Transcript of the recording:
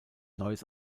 neues